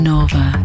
Nova